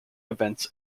events